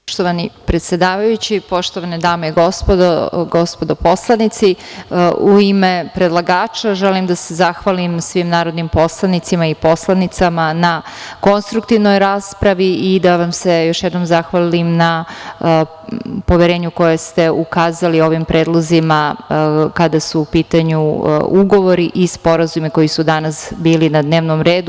Poštovani predsedavajući, poštovane dame i gospodo poslanici, u ime predlagača želim da se zahvalim svim narodnim poslanicima i poslanicama na konstruktivnoj raspravi i da vam se još jednom zahvalim na poverenju koje ste ukazali ovim predlozima kada su u pitanju ugovori i sporazumi koji su danas bili na dnevnom redu.